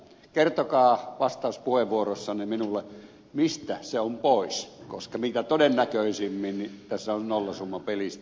kertokaa vastauspuheenvuorossanne minulle mistä se on pois koska mitä todennäköisimmin tässä on kysymys nollasummapelistä